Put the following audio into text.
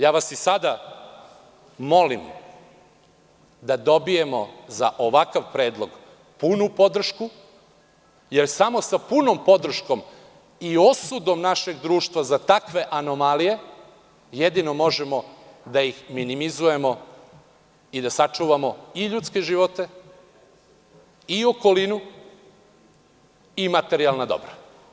Ja vas i sada molim da dobijemo za ovakav predlog punu podršku jer samo sa punom podrškom i osudom našeg društva za takve anomalije, jedino možemo da ih minimizujemo i da sačuvamo i ljudske živote i okolinu i materijalna dobra.